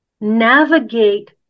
navigate